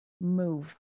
move